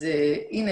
אז הנה,